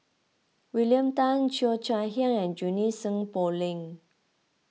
William Tan Cheo Chai Hiang and Junie Sng Poh Leng